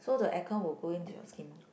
so the aircon will go into your skin